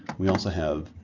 we also have